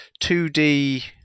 2D